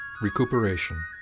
Recuperation